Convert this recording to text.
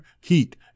heat